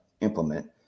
implement